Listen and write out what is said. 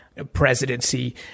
presidency